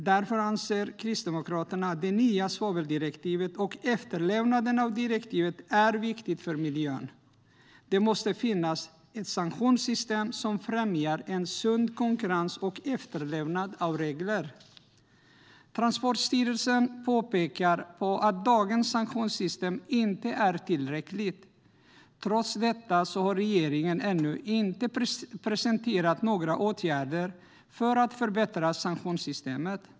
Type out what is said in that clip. Därför anser Kristdemokraterna att det nya svaveldirektivet och efterlevnaden av direktivet är viktigt för miljön. Det måste finnas ett sanktionssystem som främjar sund konkurrens och efterlevnad av regler. Transportstyrelsen påpekar att dagens sanktionssystem inte är tillräckligt. Trots detta har regeringen ännu inte presenterat några åtgärder för att förbättra sanktionssystemet.